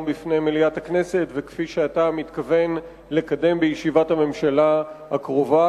בפני מליאת הכנסת וכפי שאתה מתכוון לקדם אותה בישיבת הממשלה הקרובה.